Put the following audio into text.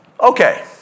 Okay